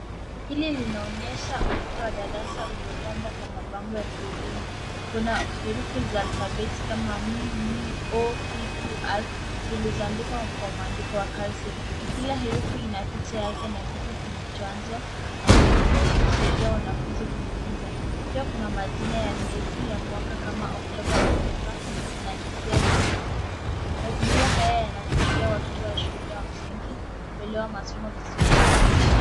Hili linaonyesha ukuta wa darasa uliopambwa kwa mabango ya kielimu. Kuna herufi za alfabeti kama M, N, O, P, Q, R zilizoandikwa kwa mwandiko wa kasi . Kila herufi ina picha yake na kitu kilichoanzwa na herufi kusaidia wanafunzi kujifunza. Pia kuna majina ya miezi ya mwaka kama Oktoba, Novemba na Disemba. Mazingira haya yanasaidia watoto wa shule wa msingi kuelewa masomo vizuri.